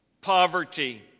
poverty